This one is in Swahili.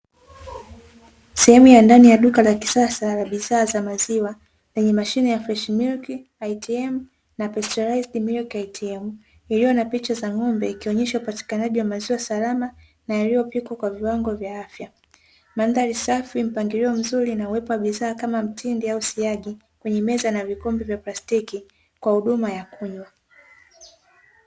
Sehemu ya ndani ya duka la kisasa la kuuzia bidhaa ya maziwa lenye mashine ya "freshi milk ATM" na "specialized milk ATM" . Iliyo na picha za ngombe ikionyesha upatikanaji wa maziwa salama na yaliyopikwa kwa viwango vya afya, mandhari safi, mpangiliwa mzuri na uwepo wa bidhaa kama mtindi au siagi kwenye meza na vikombe vya plastiki kwa huduma ya kunywa.